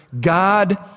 God